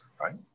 right